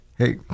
Hey